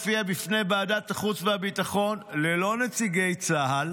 הוא הופיע בפני ועדת החוץ והביטחון ללא נציגי צה"ל